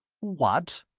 what?